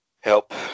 help